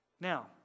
Now